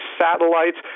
satellites